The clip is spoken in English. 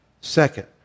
Second